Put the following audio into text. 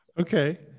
Okay